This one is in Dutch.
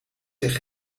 zich